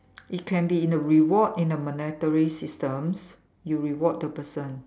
it can be in a reward in a monetary systems you reward the person